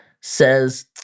says